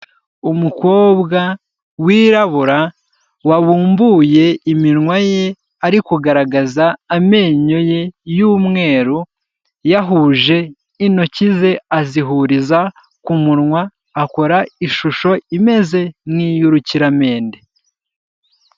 Umukobwa wirabura wabumbuye iminwa ye ari kugaragaza amenyo ye y'umwe, yahuje intoki ze azihuriza ku munwa akora ishusho imeze nk'iy'urukiramende.